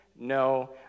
No